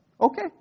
Okay